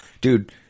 dude